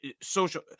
social